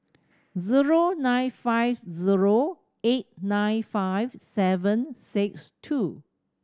zero nine five zero eight nine five seven six two